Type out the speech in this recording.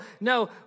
No